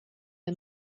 are